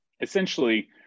essentially